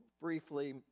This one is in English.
briefly